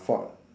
fault